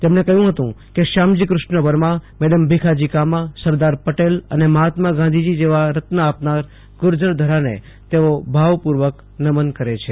તેમણે કહ્યું હતું કે શ્યામજી ક્રષ્ણવર્મા મેડમ ભીખાજી કામા સરદાર પટેલ અને મહાત્મા ગાંધી જેવા રત્ન આપનાર ગર્જર ધરાને તેઓ ભાવપૂર્વક નમન કરે છે